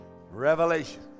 revelation